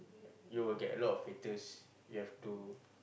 you will get a lot haters you have to